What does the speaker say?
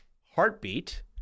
heartbeat